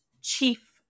chief